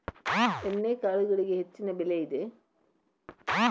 ಎಣ್ಣಿಕಾಳುಗಳಿಗೆ ಹೆಚ್ಚಿನ ಬೆಲೆ ಇದೆ